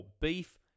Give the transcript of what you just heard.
beef